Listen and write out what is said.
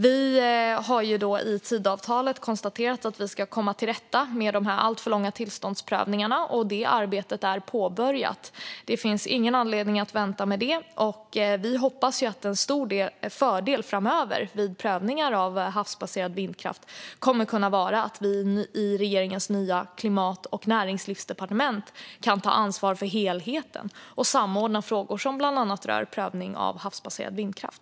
Vi har i Tidöavtalet konstaterat att vi ska komma till rätta med de alltför långa tillståndsprövningarna, och det arbetet är påbörjat. Det finns ingen anledning att vänta med det. Vi hoppas att en stor fördel framöver vid prövningar av havsbaserad vindkraft kommer att vara att vi i regeringens nya klimat och näringslivsdepartement kan ta ansvar för helheten och samordna frågor som bland annat rör prövning av havsbaserad vindkraft.